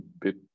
bit